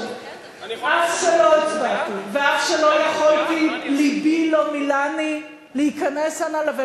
נכון, ומספיק עם השקרים האלה.